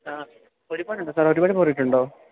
ആ ഒരുപാടുണ്ടോ സാർ ഒരുപാട് പോറിയിട്ടുണ്ടോ